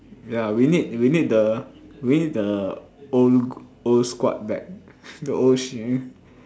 ya we need we need the we need the own old squad back the old